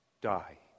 die